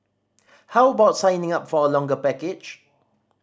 how about signing up for a longer package